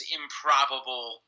improbable